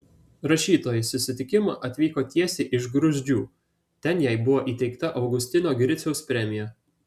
rašytoja į susitikimą atvyko tiesiai iš gruzdžių ten jai buvo įteikta augustino griciaus premija